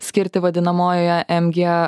skirti vadinamojoje m gie